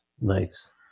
Nice